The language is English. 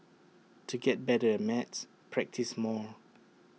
to get better at maths practise more